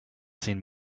seen